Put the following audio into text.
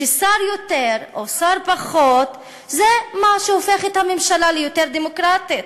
ששר יותר או שר פחות זה מה שהופך את הממשלה ליותר דמוקרטית,